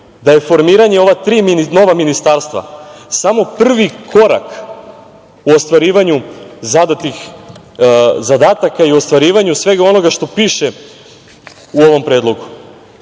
da je formiranje ova tri nova ministarstva samo prvi korak u ostvarivanju zadatih zadataka i ostvarivanju svega onoga što piše u ovom predlogu.